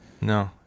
No